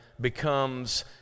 becomes